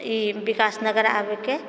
ई विकासनगर आबिकऽ